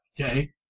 Okay